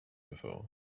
before